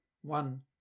One